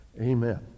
Amen